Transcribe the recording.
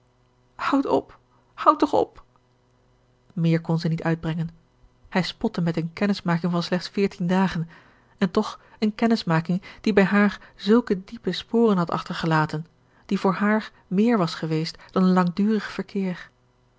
houd op houd toch op méér kon zij niet uitbrengen hij spotte met eene kennismaking van slechts veertien dagen en toch eene kennismaking die bij haar zulke diepe sporen had achtergelaten die voor haar meer was geweest dan een langdurig verkeer